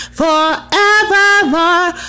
forevermore